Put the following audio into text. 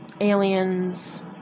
aliens